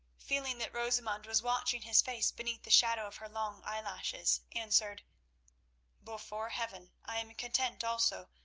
feeling that rosamund was watching his face beneath the shadow of her long eyelashes, answered before heaven, i am content also,